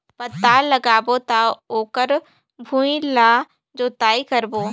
पातल लगाबो त ओकर भुईं ला जोतई करबो?